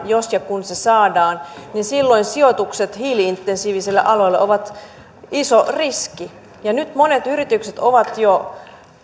jos ja kun ilmastosopimus saadaan silloin sijoitukset hiili intensiivisille aloille ovat iso riski ja nyt monet yritykset ovat jo